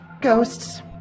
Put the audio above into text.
Ghosts